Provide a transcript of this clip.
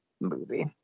movie